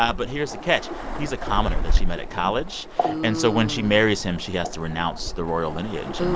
ah but here's the catch. he's a commoner that she met at college ooh and so when she marries him, she has to renounce the royal lineage and,